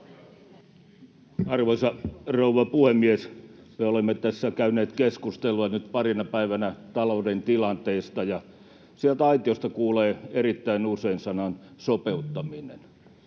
Arvoisa rouva puhemies! Me olemme tässä nyt käyneet keskustelua parina päivänä talouden tilanteesta, ja sieltä aitiosta kuulee erittäin usein sanan ”sopeuttaminen”.